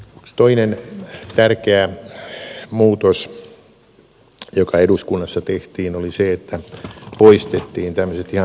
toinen tärkeä muutos joka eduskunnassa tehtiin oli se että poistettiin tämmöiset ihan lieveilmiöt